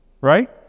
right